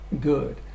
good